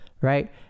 right